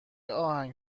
آهنگ